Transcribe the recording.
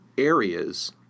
areas